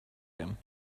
him